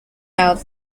out